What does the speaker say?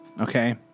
Okay